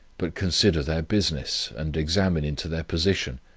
but consider their business, and examine into their position,